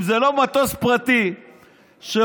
אם זה לא מטוס פרטי שעולה,